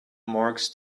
marks